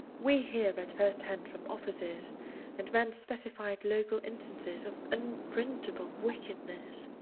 we hear at first hand from officers and men specified local instances of unprintable wickedness.